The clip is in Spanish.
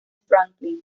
franklin